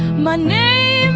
my name